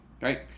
Right